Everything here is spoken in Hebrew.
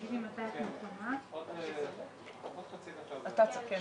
תודה שהצטרפתם אלינו הבוקר לדיון בנושא השלכות תהליך הלגלזציה על צריכת